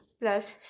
plus